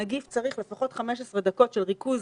הנגיף צריך לפחות 15 דקות של ריכוז